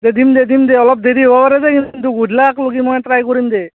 দিম দে দিম দে অলপ দেৰি হ'ব পাৰে দেই কিন্তু গধূলাকলেকি মই ট্ৰাই কৰিম দে